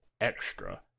extra